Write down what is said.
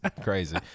crazy